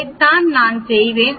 அதைத்தான் நான் செய்வேன்